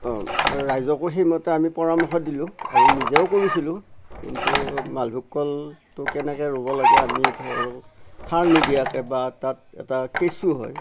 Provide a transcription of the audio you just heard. অঁ ৰাইজকো সেইমতে আমি পৰামৰ্শ দিলোঁ আৰু নিজেও কৰিছিলোঁ কিন্তু মালভোগ কলটো কেনেকে ৰুব লাগে আমি ধৰক সাৰ নিদিয়াকে বা তাত এটা কেঁচু হয়